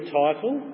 title